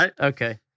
Okay